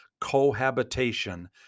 cohabitation